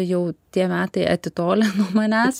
jau tie metai atitolę nuo manęs